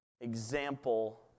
example